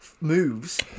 moves